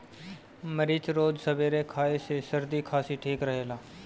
मरीच रोज सबेरे खाए से सरदी खासी ठीक रहेला